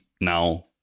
now